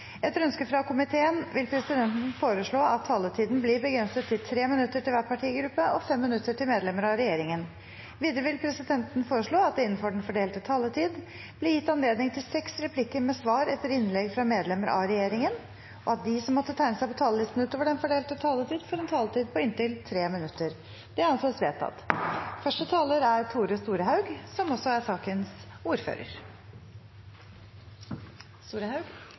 Etter ønske fra energi- og miljøkomiteen vil presidenten foreslå at taletiden blir begrenset til 3 minutter til hver partigruppe og 5 minutter til medlemmer av regjeringen. Videre vil presidenten foreslå at det – innenfor den fordelte taletid – blir gitt anledning til replikkordskifte på inntil seks replikker med svar etter innlegg fra medlemmer av regjeringen, og at de som måtte tegne seg på talerlisten utover den fordelte taletid, får en taletid på inntil 3 minutter. – Det anses vedtatt. I førre debatt var det mange som